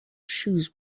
shoes